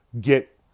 get